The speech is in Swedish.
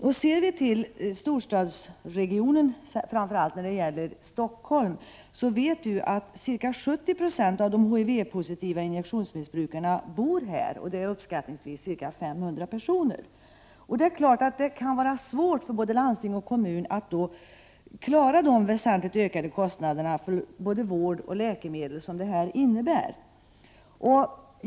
Vi vet att ca 70 20 av de HIV-positiva injektionsmissbrukarna bor i storstadsregionerna, framför allt Stockholm. Det är uppskattningsvis 500 personer. Det är klart att det kan vara svårt för både landsting och kommuner att klara de väsentligt ökade kostnader för vård och läkemedel som detta innebär.